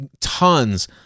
tons